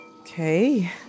Okay